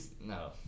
No